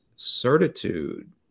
certitude